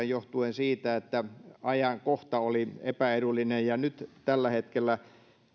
johtuen siitä että ajankohta oli epäedullinen nyt tällä hetkellä